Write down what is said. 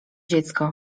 dziecko